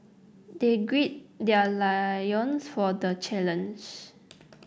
they gird their loins for the challenge